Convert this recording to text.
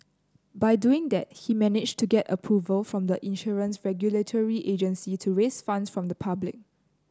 by doing that he managed to get approval from the insurance regulatory agency to raise funds from the public